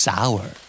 Sour